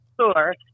sure